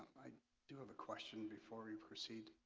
i do have a question before we proceed.